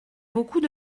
beaucoup